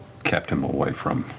kept him away from